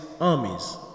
armies